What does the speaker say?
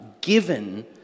given